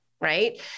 right